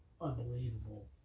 unbelievable